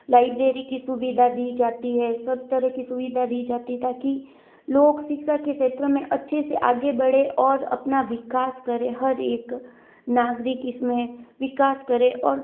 library की सुविधा दी जाती है सब तरह की सुविधा दी जाती ताकि लोग शिक्षा के क्षेत्र में अच्छे से आगे बढ़े और अपना विकास करें हर एक नागरिक इसमें विकास करें और